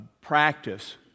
practice